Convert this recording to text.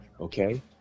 Okay